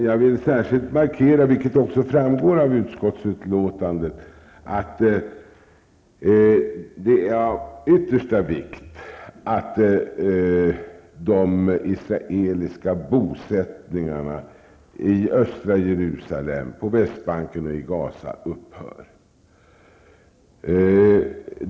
Jag vill särskilt markera att det är av yttersta vikt -- det framgår också av utskottsutlåtandet -- att de israeliska bosättningarna i östra Jerusalem, på Västbanken och i Gaza upphör.